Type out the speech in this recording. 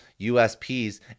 USPs